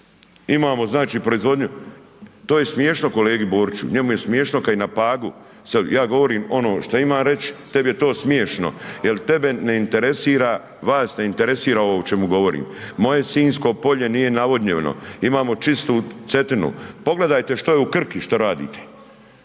imamo znači proizvodnju, to je smiješno kolegi Borići, njemu je smiješno kad je na Pagu, ja govorim ono šta imam reć, tebi je to smiješno jer tebe ne interesira, vas ne interesira ovo o čemu govorim, moje Sinjsko polje nije navodnjeno, imamo čistu Cetinu, pogledajte što je u Krki, što radite.